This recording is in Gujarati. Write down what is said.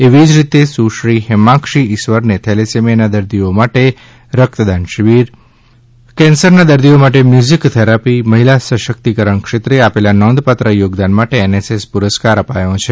એવી જ રીતે સુશ્રી હેમાંક્ષી ઈશ્વરને થેલેસેમીયાના દર્દીઓ માટે રક્તશિબિર કેન્સરના દર્દીઓ માટે મ્યુઝીક થેરાપી મહિલા સશક્તિકરણ ક્ષેત્રે આપેલા નોંધપાત્ર યોગદાન માટે એનએસએસ પુરસ્કાર અપાયો છે